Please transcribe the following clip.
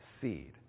seed